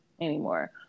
anymore